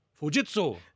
Fujitsu